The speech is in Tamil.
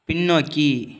பின்னோக்கி